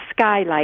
skylight